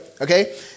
Okay